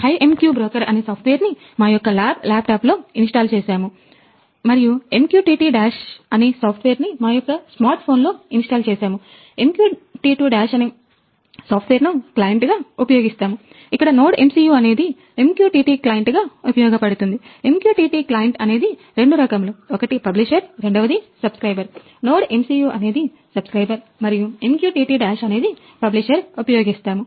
NodeMCU అనేది subscriber మరియు MQTT Dash అనేది publisher ఉపయోగిస్తాము